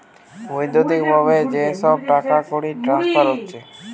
বৈদ্যুতিক ভাবে যে সব টাকাকড়ির ট্রান্সফার হচ্ছে